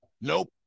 Nope